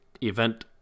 event